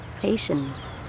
patience